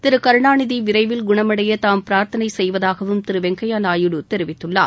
திரு கருணாநிதி விரைவில் குணமடைய தாம் பிராத்தனை செய்வதாகவும் திரு வெங்கப்யா நாயுடு தெரிவித்துள்ளார்